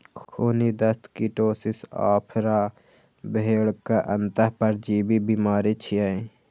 खूनी दस्त, कीटोसिस, आफरा भेड़क अंतः परजीवी बीमारी छियै